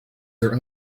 their